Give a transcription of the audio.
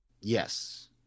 Yes